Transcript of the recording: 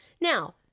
Now